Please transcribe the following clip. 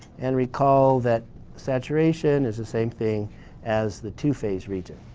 and recall that saturation is the same thing as the two-phase region.